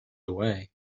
away